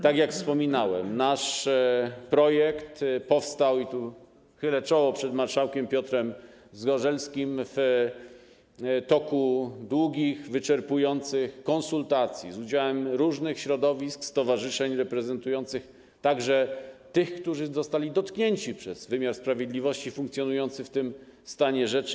Tak jak wspomniałem, nasz projekt powstał - i tu chylę czoło przed marszałkiem Piotrem Zgorzelskim - w toku długich, wyczerpujących konsultacji z udziałem różnych środowisk, stowarzyszeń reprezentujących także tych, którzy zostali dotknięci przez wymiar sprawiedliwości funkcjonujący w dzisiejszym stanie rzeczy.